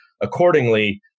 accordingly